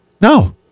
no